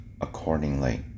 accordingly